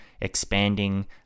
expanding